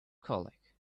colic